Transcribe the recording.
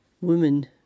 Woman